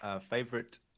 Favorite